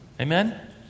Amen